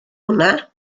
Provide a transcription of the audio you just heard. hwnna